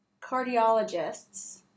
cardiologists –